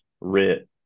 RIT